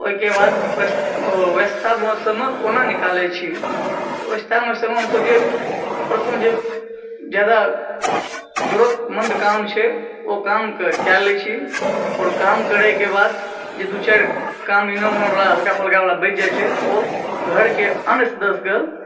ओहिके बाद ओ रास्ताम समय कोना निकालै छी तऽ ओ रास्तामे समय हमसब जे प्रश्न जे ज्यादा जरूरतमन्द काम छै ओ कामके कए लए छी आओर काम करैके बाद जे दू चारि काम एना हल्का फुलकवला बचि जाय छै ओ घरके अन्य सदस्यके